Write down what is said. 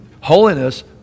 holiness